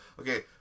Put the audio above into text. Okay